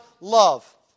love